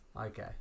Okay